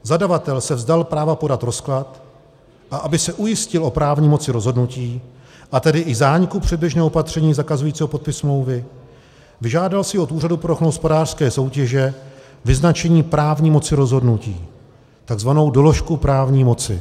Zadavatel se vzdal práva podat rozklad, a aby se ujistil o právní moci rozhodnutí, tedy i zániku předběžného opatření zakazujícího podpis smlouvy, vyžádal si od Úřadu pro ochranu hospodářské soutěže vyznačení právní moci rozhodnutí, tzv. doložku právní moci.